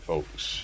Folks